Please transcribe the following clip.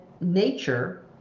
nature